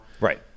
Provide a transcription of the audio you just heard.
Right